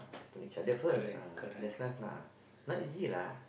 you have to know each other first ah that's love lah not easy lah